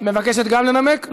מבקשת לנמק?